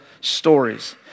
stories